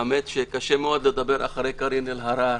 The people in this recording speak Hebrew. האמת שקשה מאוד לדבר אחרי קארין אלהרר